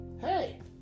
Hey